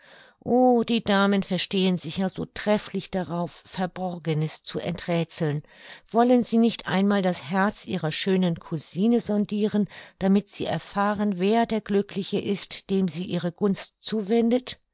die damen verstehen sich ja so trefflich darauf verborgenes zu enträthseln wollen sie nicht einmal das herz ihrer schönen cousine sondiren damit sie erfahren wer der glückliche ist dem sie ihre gunst zuwendet